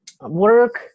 work